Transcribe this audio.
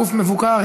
גוף מבוקר),